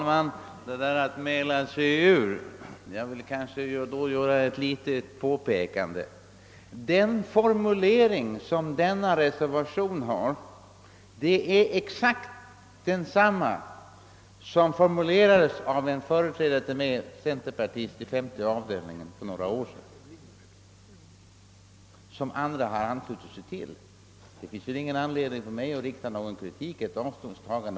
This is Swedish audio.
Herr talman! Jag vill göra ett litet påpekande. Reservationen har exakt den lydelse som formulerades av en företrädare till mig, en centerpartist i femte avdelningen i statsutskottet, för några år sedan. Denna har andra sedan anslutit sig till. Det finns väl ingen anledning för mig att ta avstånd från att man delar vår uppfattning!